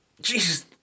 Jesus